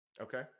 Okay